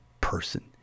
person